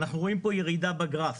אנחנו רואים פה ירידה בגרף.